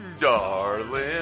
darling